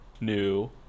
new